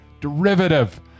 derivative